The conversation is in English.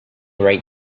right